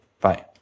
Bye